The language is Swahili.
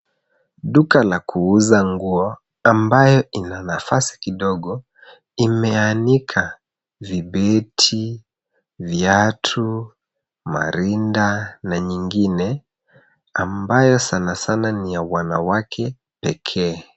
Duka la kuuza nguo ambayo ina nafasi kidogo imeanika vibeti, viatu, marinda na nyingine ambayo sanasana ni ya wanawake pekee.